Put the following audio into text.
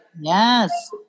Yes